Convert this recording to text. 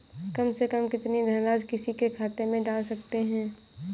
कम से कम कितनी धनराशि किसी के खाते में डाल सकते हैं?